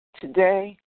today